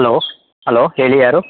hello hello ಹೇಳಿ ಯಾರು